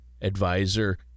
advisor